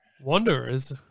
Wanderers